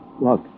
Look